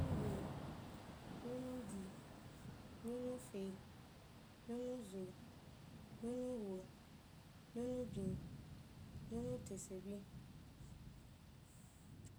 Nyonu we, nyonu di, nyonu ke, nyonu zo, nyonu wo, nyonu byen, nyonu tesebin